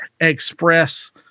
express